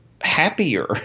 happier